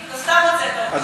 היושב-ראש,